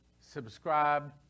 subscribe